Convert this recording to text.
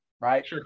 right